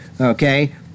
Okay